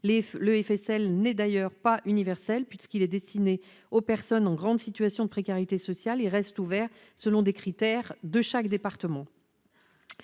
Le FSL n'est d'ailleurs pas universel puisqu'il est destiné aux personnes en grande situation de précarité sociale et est attribué selon des critères propres à chaque département.